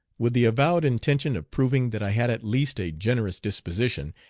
with the avowed intention of proving that i had at least a generous disposition,